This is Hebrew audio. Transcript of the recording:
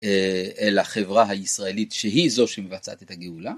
אל החברה הישראלית שהיא זו שמבצעת את הגאולה.